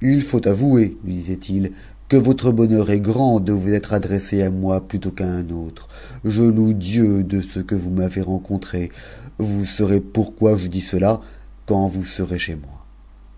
il faut avouer lui disait-il que votre bonheur est grand de vous être adressé à moi plutôt qu'à un autre loue dieu de ce que vous m'avez rencontré vous saurez pourquoi je dis cela quand vous serez chez moi